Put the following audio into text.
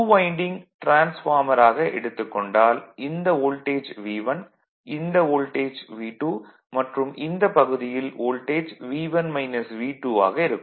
2 winding transformer ஆக எடுத்துக் கொண்டால் இந்த வோல்டேஜ் V1 இந்த வோல்டேஜ் V2 மற்றும் இந்த பகுதியில் வோல்டேஜ் ஆக இருக்கும்